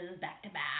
back-to-back